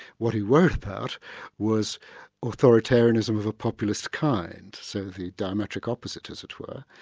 what he worried about was authoritarianism of a populist kind. so the diametric opposite, as it were.